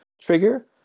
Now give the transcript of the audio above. trigger